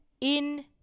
In-